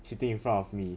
sitting in front of me